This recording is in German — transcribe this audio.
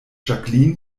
jacqueline